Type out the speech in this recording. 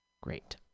Great